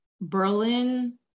Berlin